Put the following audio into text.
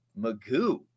Magoo